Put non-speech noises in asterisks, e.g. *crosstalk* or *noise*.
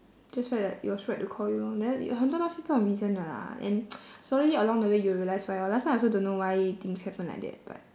just felt that it was right to call you lor then 有很多东西不用 reason 的 lah and *noise* slowly along the way you'll realise why lor last time I also don't know why things happen like that but